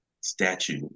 statue